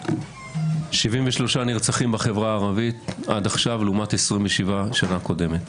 73 נרצחים בחברה הערבית עד עכשיו לעומת 27 בשנה הקודמת.